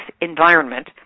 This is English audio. Environment